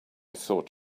thought